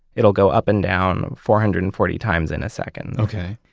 it'll go up and down four hundred and forty times in a second okay,